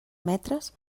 metres